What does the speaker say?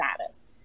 status